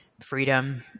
freedom